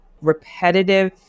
repetitive